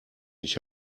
ich